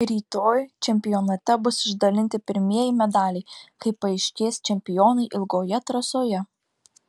rytoj čempionate bus išdalinti pirmieji medaliai kai paaiškės čempionai ilgoje trasoje